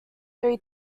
three